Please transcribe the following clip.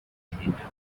interrupted